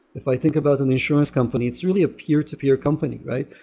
if i think about an insurance company, it's really a peer-to-peer company, right?